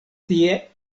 tie